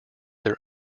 their